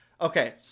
Okay